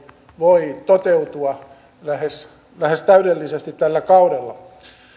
voi toteutua lähes lähes täydellisesti tällä kaudella